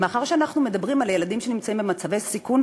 מאחר שאנחנו מדברים על ילדים במצבי סיכון,